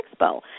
Expo